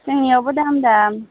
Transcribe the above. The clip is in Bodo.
जोंनिआवबो दाम दाम